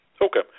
Okay